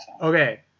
Okay